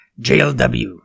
JLW